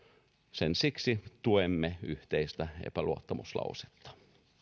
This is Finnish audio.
siksi tuemme yhteistä epäluottamuslausetta